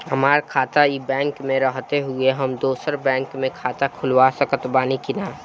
हमार खाता ई बैंक मे रहते हुये हम दोसर बैंक मे खाता खुलवा सकत बानी की ना?